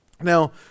Now